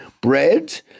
bread